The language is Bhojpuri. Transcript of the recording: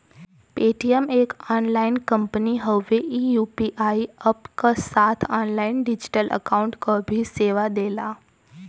पेटीएम एक ऑनलाइन कंपनी हउवे ई यू.पी.आई अप्प क साथ ऑनलाइन डिजिटल अकाउंट क भी सेवा देला